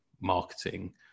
marketing